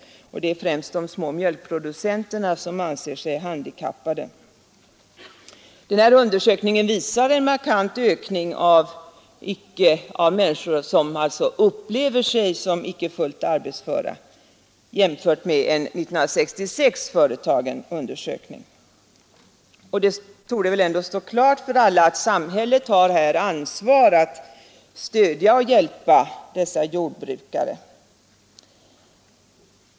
Det är främst de små mjölkproducenterna som anser sig handikappade. Denna undersökning visar en markant ökning av människor som upplever sig som icke fullt arbetsföra jämfört med en 1966 företagen undersökning. Det torde stå klart för alla att samhället har ansvar att stödja och hjälpa dessa jordbrukare.